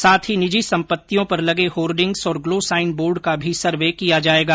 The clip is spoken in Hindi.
साथ ही निजी संपत्तियों पर लगे होर्डिंग्स और ग्लो साइन बोर्ड का भी सर्वे किया जाएगा